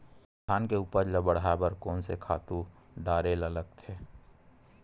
धान के उपज ल बढ़ाये बर कोन से खातु डारेल लगथे?